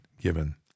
given